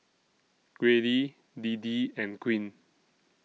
Grady Deedee and Queen